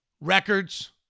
records